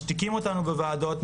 משתיקים אותנו בוועדות,